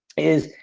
is.